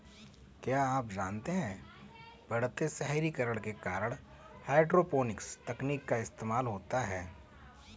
क्या आप जानते है बढ़ते शहरीकरण के कारण हाइड्रोपोनिक्स तकनीक का इस्तेमाल होता है?